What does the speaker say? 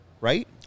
right